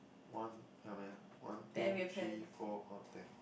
one how many ah one two three four all of them